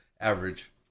average